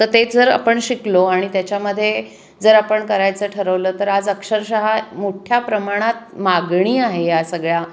तर ते जर आपण शिकलो आणि त्याच्यामध्ये जर आपण करायचं ठरवलं तर आज अक्षरशः मोठ्या प्रमाणात मागणी आहे या सगळ्या